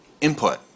input